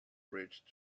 bridge